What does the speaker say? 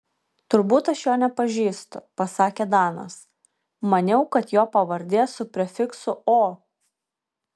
turbūt aš jo nepažįstu pasakė danas maniau kad jo pavardė su prefiksu o